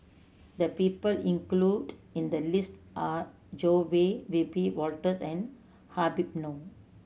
the people included in the list are Zoe Tay Wiebe Wolters and Habib Noh